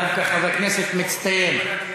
דווקא חבר כנסת מצטיין.